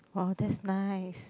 !wah! that's nice